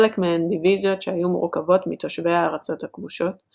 חלק מהן דיוויזיות שהיו מורכבות מתושבי הארצות הכבושות,